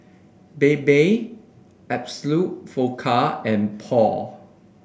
Bebe Absolut Vodka and Paul